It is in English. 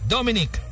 Dominic